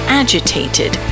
agitated